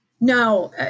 No